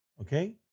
Okay